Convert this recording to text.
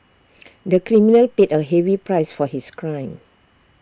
the criminal paid A heavy price for his crime